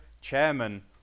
chairman